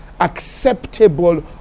acceptable